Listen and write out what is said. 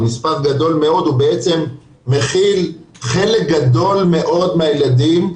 הוא מספר גדול מאוד ומכיל חלק גדול מאוד מהילדים,